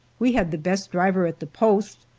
we had the best driver at the post,